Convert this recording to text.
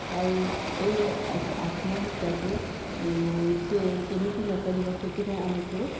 ଆଉ ଏଇ ଆତ୍ମହତ୍ୟାକୁ ସେ କେମିତି ନ କରିବ ସେଥିପାଇଁ ଆମକୁ